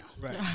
Right